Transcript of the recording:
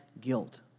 guilt